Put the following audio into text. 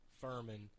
Furman